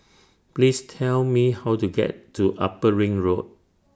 Please Tell Me How to get to Upper Ring Road